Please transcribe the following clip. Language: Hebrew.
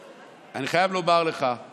אני חייב לומר לך על